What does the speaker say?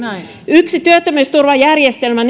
yksi työttömyysturvajärjestelmän